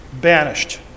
banished